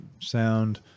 sound